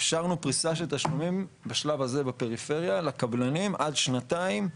אפשרנו פריסה של תשלומים בשלב הזה בפריפריה לקבלנים עד שנתיים.